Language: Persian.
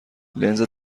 لنز